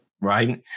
right